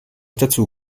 dazu